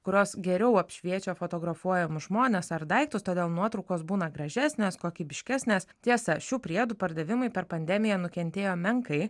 kurios geriau apšviečia fotografuojamus žmones ar daiktus todėl nuotraukos būna gražesnės kokybiškesnės tiesa šių priedų pardavimai per pandemiją nukentėjo menkai